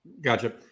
Gotcha